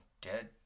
dead